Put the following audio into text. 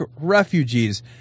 refugees